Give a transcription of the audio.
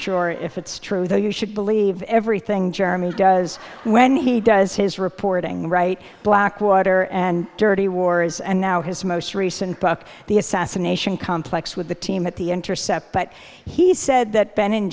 sure if it's true though you should believe everything jeremy does when he does his reporting right blackwater and dirty wars and now his most recent book the assassination complex with the team at the intercept but he said that ben and